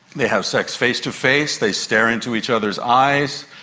they have sex face-to-face, they stare into each other's eyes,